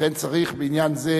לכן צריך בעניין זה,